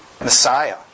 Messiah